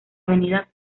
avenida